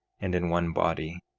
and in one body,